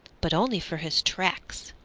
but only for his tracks.